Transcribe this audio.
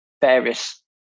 various